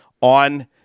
on